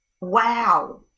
wow